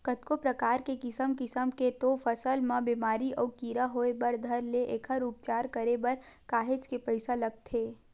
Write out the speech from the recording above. कतको परकार के किसम किसम के तो फसल म बेमारी अउ कीरा होय बर धर ले एखर उपचार करे बर काहेच के पइसा लगथे